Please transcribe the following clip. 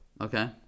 Okay